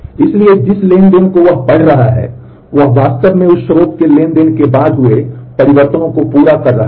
इसलिए जिस ट्रांज़ैक्शन को वह पढ़ रहा है वह वास्तव में उस स्रोत के ट्रांज़ैक्शन के बाद हुए परिवर्तनों को पूरा कर रहा है